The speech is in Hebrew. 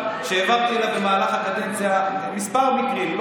שהעברתי לו במהלך הקדנציה כמה מקרים,